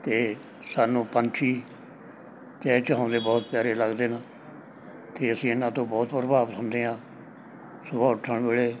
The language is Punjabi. ਅਤੇ ਸਾਨੂੰ ਪੰਛੀ ਚਹਿਚਹਾਉਂਦੇ ਬਹੁਤ ਪਿਆਰੇ ਲੱਗਦੇ ਨੇ ਅਤੇ ਅਸੀਂ ਇਹਨਾਂ ਤੋਂ ਬਹੁਤ ਪ੍ਰਭਾਵਿਤ ਹੁੰਦੇ ਹਾਂ ਸੁਬਹਾ ਉੱਠਣ ਵੇਲੇ